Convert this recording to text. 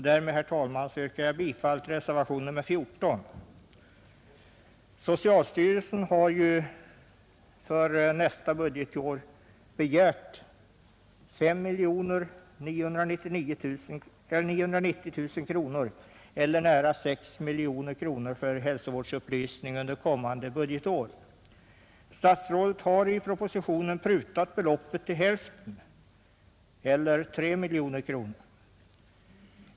Därmed, herr talman, yrkar jag bifall till reservationen 14. Socialstyrelsen har för nästa budgetår begärt 5 990 000, eller nära 6 miljoner kronor, för hälsovårdsupplysning. Statsrådet har i propositionen prutat beloppet till hälften eller till 3 miljoner kronor.